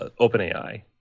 OpenAI